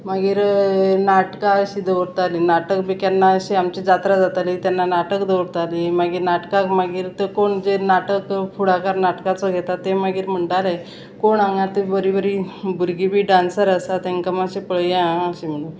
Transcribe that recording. मागीर नाटकां अशीं दवरतालीं नाटक बी केन्ना अशें आमची जात्रा जाताली तेन्ना नाटक दवरतालीं मागीर नाटकाक मागीर तें कोण जें नाटक फुडाकार नाटकाचो घेता तें मागीर म्हणटालें कोण हांगा तीं बरीं बरीं भुरगीं बी डांसर आसा तेंकां मातशें पळया आं अशें म्हणून